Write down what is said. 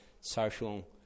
social